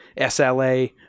SLA